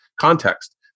context